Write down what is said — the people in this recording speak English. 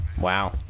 wow